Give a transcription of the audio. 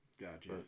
gotcha